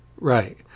Right